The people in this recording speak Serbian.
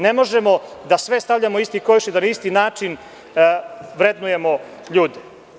Ne možemo da sve stavljamo u isti koš i da na isti način vrednujemo ljude.